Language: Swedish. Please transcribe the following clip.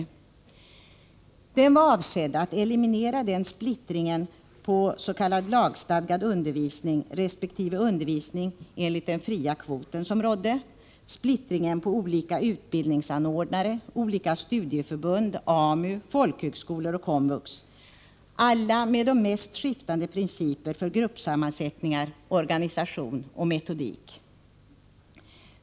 Avsikten var att eliminera uppsplittringen på s.k. lagstadgad undervisning resp. undervisning i överensstämmelse med den fria kvoten och en uppsplittring på olika utbildningsanordnare — studieförbund, AMU, folkhögskolor och komvux — alla med de mest skiftande principer för gruppsammansättning, organisation och metodik.